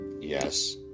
yes